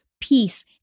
peace